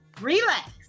Relax